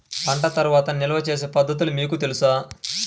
పంట తర్వాత నిల్వ చేసే పద్ధతులు మీకు తెలుసా?